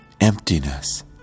emptiness